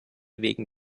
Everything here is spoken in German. wegen